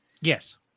Yes